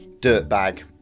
dirtbag